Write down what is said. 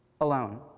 alone